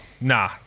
Nah